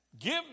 Give